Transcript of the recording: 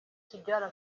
tidjala